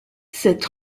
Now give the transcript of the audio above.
cette